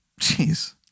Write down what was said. Jeez